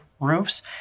roofs